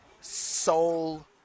soul